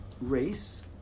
race